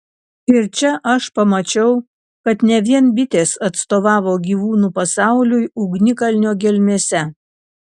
ir čia aš pamačiau kad ne vien bitės atstovavo gyvūnų pasauliui ugnikalnio gelmėse